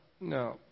no